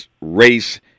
race